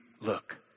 look